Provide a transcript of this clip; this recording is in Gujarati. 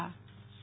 નેહલ ઠક્કર